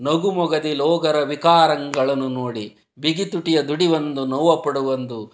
ನಗುಮೊಗದಿ ಲೋಗರವಿಕಾರಂಗಳನು ನೋಡಿ ಬಿಗಿತುಟಿಯ ದುಡಿವೊಂದು ನೋವಪಡುವೊಂದು